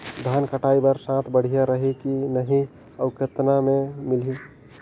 धान कटाई बर साथ बढ़िया रही की नहीं अउ कतना मे मिलही?